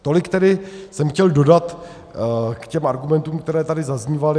Tolik tedy jsem chtěl dodat k těm argumentů, které tady zaznívaly.